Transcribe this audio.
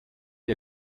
der